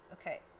Okay